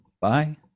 Bye